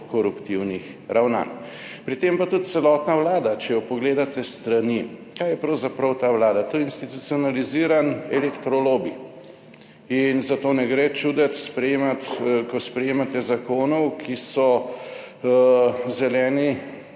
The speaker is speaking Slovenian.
koruptivnih ravnanj. Pri tem pa tudi celotna Vlada, če jo pogledate s strani kaj je pravzaprav ta Vlada? To je institucionaliziran elektro lobi. In zato ne gre čuditi sprejemati, ko sprejemate zakonov, ki so zeleni,